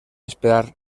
esperar